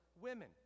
women